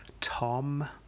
Tom